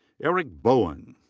eric bowen.